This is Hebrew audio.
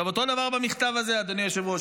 אותו דבר במכתב הזה, אדוני היושב-ראש.